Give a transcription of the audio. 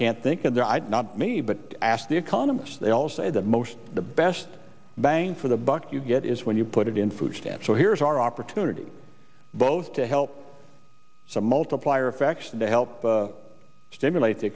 can't think of the i'd not me but ask the economists they all say the most the best bang for the buck you get is when you put it in food staff so here's our opportunity both to help some multiplier effects to help stimulate the